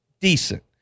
decent